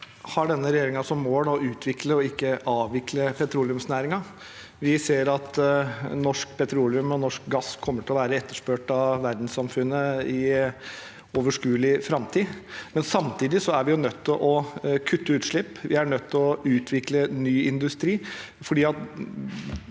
har denne regjeringen som mål å utvikle og ikke avvikle petroleumsnæringen. Vi ser at norsk petroleum og norsk gass kommer til å være etterspurt av verdenssamfunnet i overskuelig framtid. Men samtidig er vi nødt til å kutte utslipp. Vi er nødt til å utvikle ny industri,